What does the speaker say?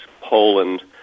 Poland